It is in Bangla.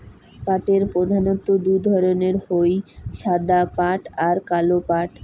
পাটের প্রধানত্ব দু ধরণের হই সাদা পাট আর কালো পাট